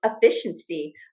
efficiency